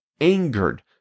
angered